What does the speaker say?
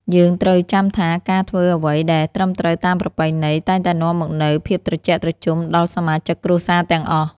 យើងត្រូវចាំថាការធ្វើអ្វីដែលត្រឹមត្រូវតាមប្រពៃណីតែងតែនាំមកនូវភាពត្រជាក់ត្រជុំដល់សមាជិកគ្រួសារទាំងអស់។